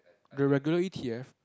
the regular A_T_F